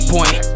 Point